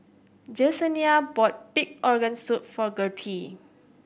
Jesenia bought pig organ soup for Gertie